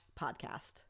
podcast